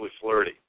flirty